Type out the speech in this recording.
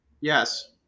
Yes